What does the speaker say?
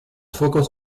focos